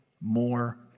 more